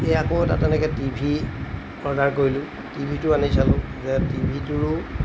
এই আকৌ এটা তেনেকৈ টিভি অৰ্ডাৰ কৰিলোঁ টিভি টো আনি চালোঁ যে টিভি টোৰো